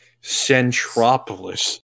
Centropolis